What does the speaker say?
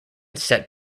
set